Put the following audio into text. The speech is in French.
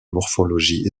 morphologie